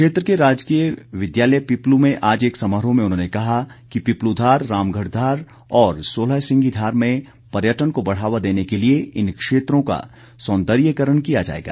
क्षेत्र के राजकीय विद्यालय पीपलू में आज एक समारोह में उन्होंने कहा कि पीपलूधार रामगढ़ धार और सोलह सींगी धार में पर्यटन को बढ़ावा देने के लिए इन क्षेत्रों का सौन्दर्यीकरण किया जाएगा